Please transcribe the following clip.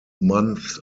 months